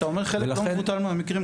כשאתה אומר חלק לא מבוטל מהמקרים,